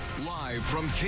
live